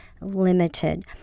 limited